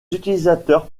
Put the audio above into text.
utilisateurs